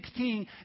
16